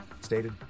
stated